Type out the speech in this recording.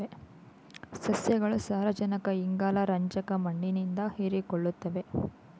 ಸಸ್ಯಗಳು ಸಾರಜನಕ ಇಂಗಾಲ ರಂಜಕ ಮಣ್ಣಿನಿಂದ ಹೀರಿಕೊಳ್ಳುತ್ತವೆ